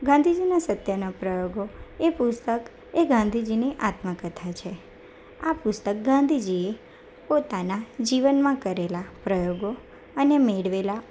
ગાંધીજીના સત્યના પ્રયોગો એ પુસ્તક એ ગાંધીજીની આત્મકથા છે આ પુસ્તક ગાંધીજીએ પોતાના જીવનમાં કરેલા પ્રયોગો અને મેળવેલા